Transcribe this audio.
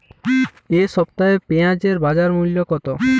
এ সপ্তাহে পেঁয়াজের বাজার মূল্য কত?